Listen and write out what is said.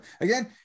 Again